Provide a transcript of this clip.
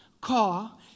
car